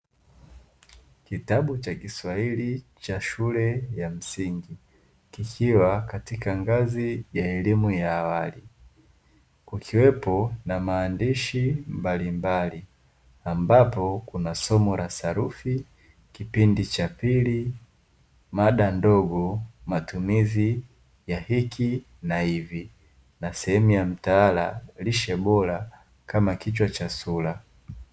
Kitabu cha kiswahili cha shule ya msingi, kikiwa katika ngazi ya elimu ya awali. Kukiwepo na maandishi mbalimbali ambapo kuna somo la sarufi, kipindi cha pili mada ndogo matumizi ya hiki na hivi, na sehemu ya mtaala lishe bora kama kichwa cha sura.